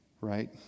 right